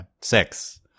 Six